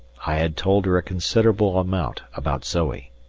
i had told her a considerable amount about zoe.